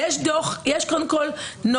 קודם כול,